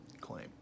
claim